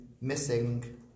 missing